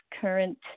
current